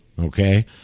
okay